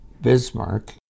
Bismarck